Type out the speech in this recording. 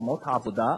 הערבי.